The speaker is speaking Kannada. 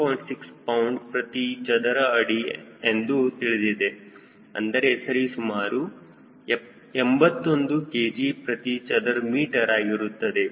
6 ಪೌಂಡ್ ಪ್ರತಿ ಚದರ ಅಡಿ ಎಂದು ತಿಳಿದಿದೆ ಅಂದರೆ ಸರಿಸುಮಾರು 81 ಕೆಜಿ ಪ್ರತಿ ಚದರ ಮೀಟರ್ ಆಗಿರುತ್ತದೆ